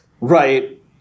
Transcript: Right